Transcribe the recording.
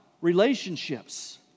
relationships